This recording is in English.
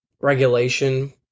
regulation